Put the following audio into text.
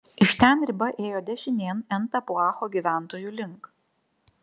iš ten riba ėjo dešinėn en tapuacho gyventojų link